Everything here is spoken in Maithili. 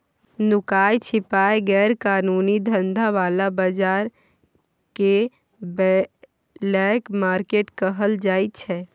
नुकाए छिपाए गैर कानूनी धंधा बला बजार केँ ब्लैक मार्केट कहल जाइ छै